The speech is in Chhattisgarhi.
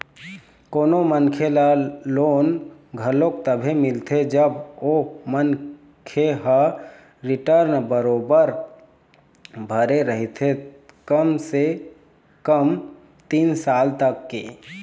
कोनो मनखे ल लोन घलोक तभे मिलथे जब ओ मनखे ह रिर्टन बरोबर भरे रहिथे कम से कम तीन साल तक के